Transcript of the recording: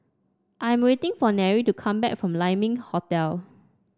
I am waiting for Nery to come back from Lai Ming Hotel